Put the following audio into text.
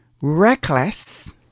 reckless